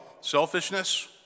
selfishness